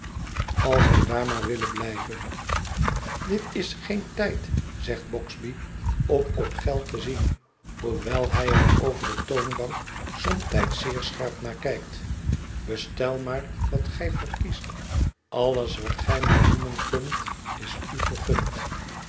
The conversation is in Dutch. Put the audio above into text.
als zij daar maar willen blijven dit is geen tijd zegt bogsby om op geld te zien hoewel hij er over de toonbank somtijds zeer scherp naar kijkt bestel maar wat gij verkiest alles wat gij maar noemen kunt is u gegund